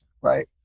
right